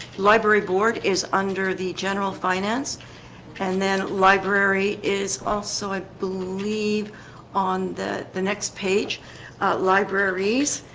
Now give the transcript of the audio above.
library board is under the general finance and then library is also i believe on the the next page libraries